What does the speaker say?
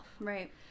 Right